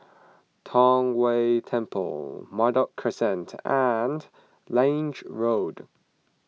Tong Whye Temple Merbok Crescent and Lange Road